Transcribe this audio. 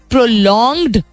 prolonged